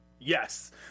yes